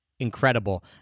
incredible